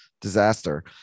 disaster